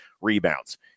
rebounds